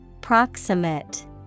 Proximate